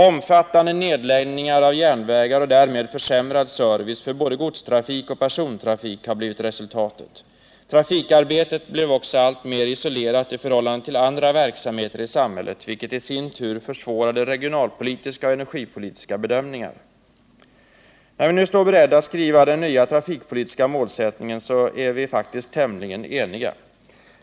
Omfattande nedläggningar av järnvägar och därmed försämrad service för både godstrafik och persontrafik har blivit resultatet. Trafikarbetet blev också alltmer isolerat i förhållande till andra verksamheter i samhället, vilket i sin tur försvårade regionalpolitiska och energipolitiska bedömningar. När vi nu står beredda att skriva den nya trafikpolitiska målsättningen är vi faktiskt tämligen eniga.